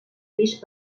vist